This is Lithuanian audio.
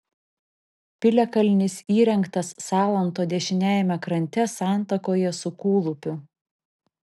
piliakalnis įrengtas salanto dešiniajame krante santakoje su kūlupiu